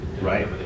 Right